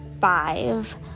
five